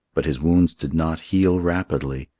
but his wounds did not heal rapidly.